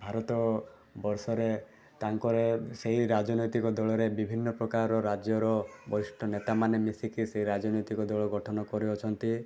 ଭାରତ ବର୍ଷରେ ତାଙ୍କର ସେହି ରାଜନୈତିକ ଦଳରେ ବିଭିନ୍ନପ୍ରକାର ରାଜ୍ୟର ବରିଷ୍ଠ ନେତାମାନେ ମିଶିକି ସେହି ରାଜନୈତିକ ଦଳ ଗଠନ କରିଅଛନ୍ତି